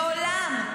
מעולם.